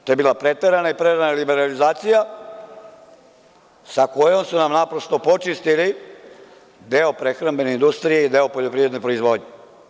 To je bila preterana i prerana liberalizacija, sa kojom su nam naprosto počistili deo prehrambene industrije i deo poljoprivredne proizvodnje.